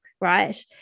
right